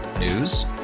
News